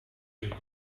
your